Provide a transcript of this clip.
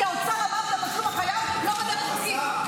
כי האוצר אמר שהתשלום הקיים הוא לא בדרך חוקית.